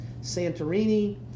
Santorini